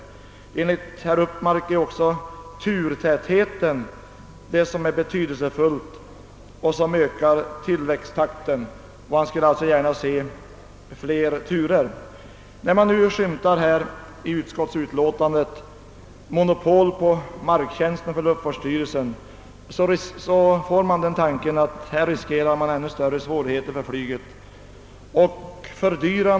Enligt herr Upmark är turtätheten också mycket betydelsefull. Den ökar tillväxttakten. Därför skulle jag gärna se att vi fick flera flygturer. När man läser utskottets utlåtande, där ett luftfartsstyrelsens monopol på marktjänsten framskymtar, slås man av tanken att ännu större svårigheter där kan uppstå för flyget.